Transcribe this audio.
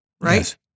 right